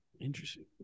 Interesting